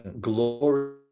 glory